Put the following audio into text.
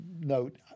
note